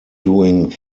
doing